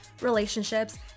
relationships